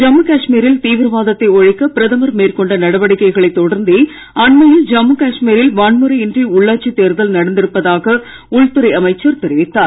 ஜம்மு காஷ்மீரில் தீவிரவாதத்தை ஒழிக்க பிரதமர் மேற்கொண்ட நடவடிக்கைகளை தொடர்ந்தே அண்மையில் ஜம்மு காஷ்மீரில் வன்முறையின்றி உள்ளாட்சித் தேர்தல் நடந்திருப்பதாக உள்துறை அமைச்சர் தெரிவித்தார்